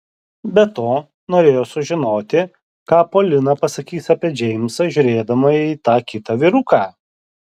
be to norėjo sužinoti ką polina pasakys apie džeimsą žiūrėdama į tą kitą vyruką